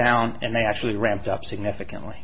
down and they actually ramped up significantly